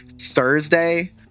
Thursday